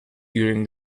during